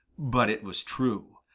but it was true.